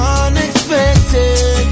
unexpected